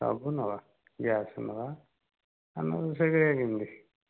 ସବୁ ନେବା ଗ୍ୟାସ ନେବା ନହେଲେ ରୋଷେଇ କରିବା କେମିତି